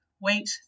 wait